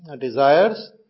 desires